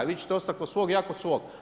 Vi ćete ostati kod svog, ja kod svog.